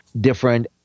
different